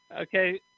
Okay